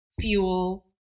fuel